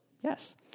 Yes